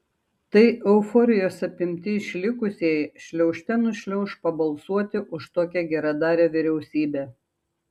tai euforijos apimti išlikusieji šliaužte nušliauš pabalsuoti už tokią geradarę vyriausybę